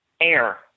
air